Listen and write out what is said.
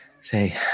say